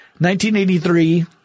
1983